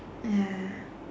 ya